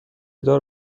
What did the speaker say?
دار